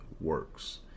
works